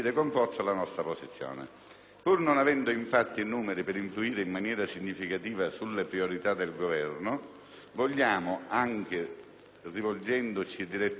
Pur non avendo infatti i numeri per influire in maniera significativa sulle priorità del Governo, anche rivolgendoci direttamente al Presidente del Consiglio,